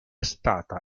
stata